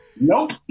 Nope